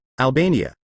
Albania